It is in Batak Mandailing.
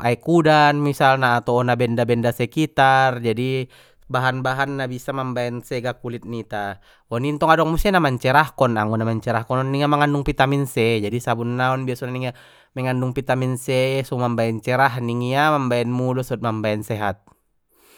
aek udan misalna atau ona benda benda sekitar jadi bahan bahan na bisa mambaen sega kulit nita oni ntong adong muse na mencerahkon anggo na mencerahkon on ningia mangandung vitamin c jadi sabun naon biasona ningia mengandung vitamin c so mambaen cerah ningia mambaen mulus dot mambaen sehat.